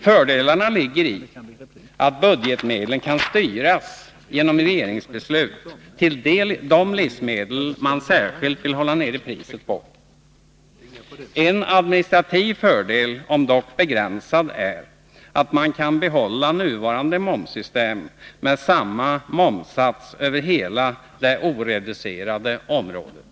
Fördelarna ligger i att budgetmedlen kan styras genom regeringsbeslut till de livsmedel man särskilt vill hålla nere priset på. En administrativ fördel, om dock begränsad, är att man kan behålla nuvarande momssystem med samma momssats över hela det oreducerade området.